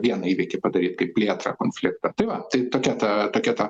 vieną įvykį padaryt kaip plėtrą konfliktą tai va tai tokia ta tokia ta